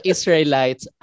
Israelites